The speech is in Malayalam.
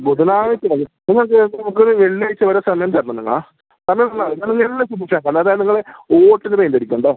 ബുധനാഴ്ച കഴിയും ചൊവ്വാഴ്ച മുതൽ വെള്ളിയാഴ്ച വരെ സമയം തരണം നിങ്ങൾ സമയം തന്നാൽ മതി അതിനുള്ളിൽ എല്ലാം ഫിനിഷാക്കും അല്ലാതെ നിങ്ങൾ ഓട്ടിന് പെയിൻ്റ് അടിക്കണ്ടെ